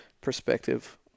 perspective